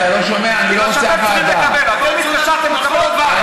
אתם טוענים שאנחנו כולנו מושחתים, לא הבנתי.